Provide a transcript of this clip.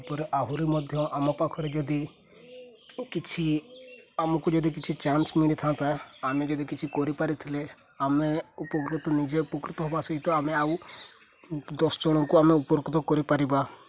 ତା'ପରେ ଆହୁରି ମଧ୍ୟ ଆମ ପାଖରେ ଯଦି କିଛି ଆମକୁ ଯଦି କିଛି ଚାନ୍ସ ମିଳିଥାନ୍ତା ଆମେ ଯଦି କିଛି କରିପାରିଥିଲେ ଆମେ ଉପକୃତ ନିଜେ ଉପକୃତ ହେବା ସହିତ ଆମେ ଆଉ ଦଶ ଜଣଙ୍କୁ ଆମେ ଉପକୃତ କରିପାରିବା